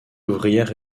ouvrière